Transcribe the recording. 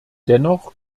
dennoch